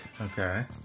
Okay